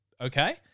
okay